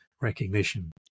recognition